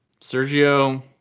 Sergio